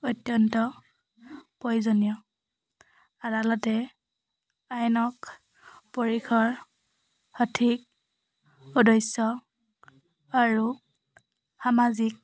অত্যন্ত প্ৰয়োজনীয় আদালতে আইনক পৰিসৰ সঠিক উদ্দেশ্য আৰু সামাজিক